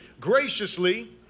graciously